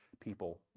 people